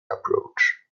approach